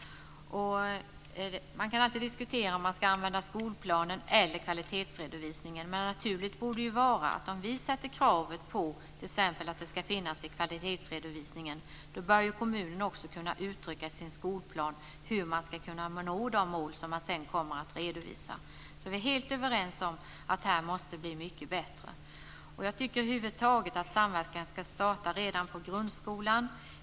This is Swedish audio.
Man kan alltid diskutera om man ska använda skolplanen eller kvalitetsredovisningen. Men naturligt borde vara att om vi sätter kravet på t.ex. att det ska finnas i kvalitetsredovisningen så bör kommunen också kunna uttrycka i en skolplan hur man ska kunna nå de mål som man sedan kommer att redovisa. Vi är helt överens om att det här måste bli mycket bättre. Jag tycker över huvud taget att samverkan ska starta redan på grundskolan.